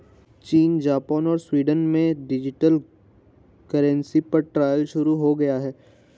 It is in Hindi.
चीन, जापान और स्वीडन में तो डिजिटल करेंसी पर ट्रायल शुरू हो गया है